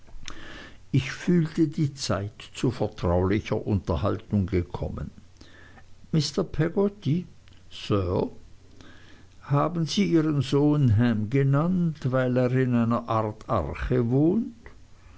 ich fühlte die zeit zu vertraulicher unterhaltung gekommen mr peggotty sir haben sie ihren sohn ham genannt weil er in einer art arche wohnt